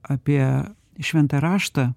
apie šventą raštą